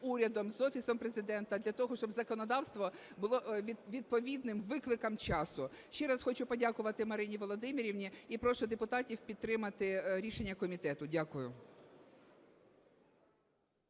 з Офісом Президента, для того щоб законодавство було відповідним викликам часу. Ще раз хочу подякувати Марині Володимирівні. І прошу депутатів підтримати рішення комітету. Дякую.